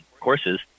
courses